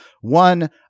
One